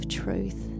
truth